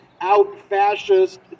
out-fascist